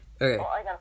Okay